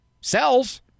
cells